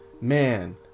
man